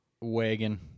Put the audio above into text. Wagon